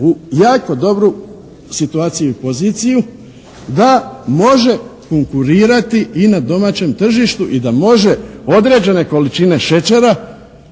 u jako dobru situaciju i poziciju da može konkurirati i na domaćem tržištu i da može određene količine šećera